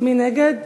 מי נגד?